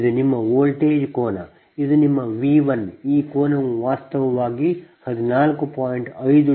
ಇದು ನಿಮ್ಮ ವೋಲ್ಟೇಜ್ ಕೋನ ಇದು ನಿಮ್ಮ V 1 ಈ ಕೋನವು ವಾಸ್ತವವಾಗಿ 14